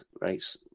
right